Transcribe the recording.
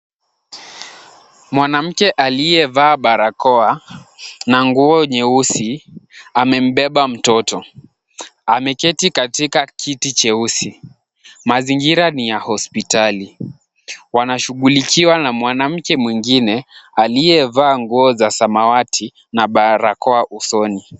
Mwanamke aliyevaa barakoa na nguo nyeusi amembeba mtoto. Ameketi katika kiti cheusi. Mazingira ni ya hospitali, wanashughulikiwa na mwanamke mwingine aliyevaa nguo za samawati na barakoa usoni.